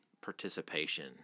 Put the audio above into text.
participation